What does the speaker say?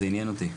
זה עניין אותי.